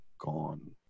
gone